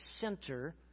center